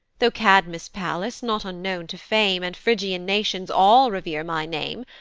tho' cadmus' palace, not unknown to fame, and phrygian nations all revere my name.